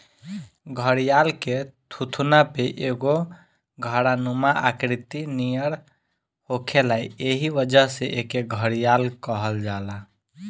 घड़ियाल के थुथुना पे एगो घड़ानुमा आकृति नियर होखेला एही वजह से एके घड़ियाल कहल जाला